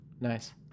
Nice